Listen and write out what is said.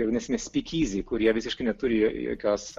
jau ne ne spykizi kurie visiškai neturi jokios